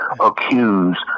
accuse